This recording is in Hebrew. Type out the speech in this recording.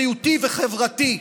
בריאותי וחברתי.